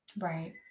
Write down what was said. right